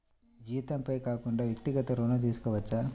జీతంపై కాకుండా వ్యక్తిగత ఋణం తీసుకోవచ్చా?